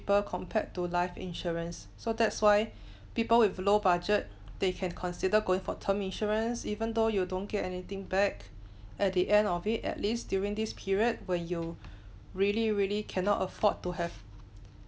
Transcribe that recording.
compared to life insurance so that's why people with low budget they can consider going for term insurance even though you don't get anything back at the end of it at least during this period were you really really cannot afford to have